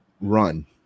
run